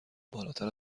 بالاتر